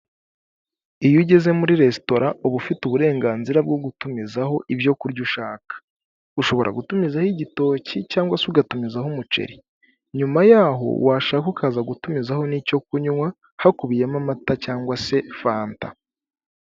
Iyo ugeze muri resitora, uba ufite uburenganzira bwo gutumizaho ibyo kurya ushaka. Ushobora gutumizaho igitoki cyangwa se ugatumizaho umuceri, nyuma yaho washaka ukaza gutumizaho n'icyo kunywa, hakubiyemo amata cyangwa se fanta.